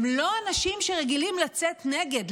הם לא אנשים שרגילים לצאת נגד.